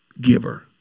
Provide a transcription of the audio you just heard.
giver